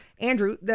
Andrew